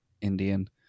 Indian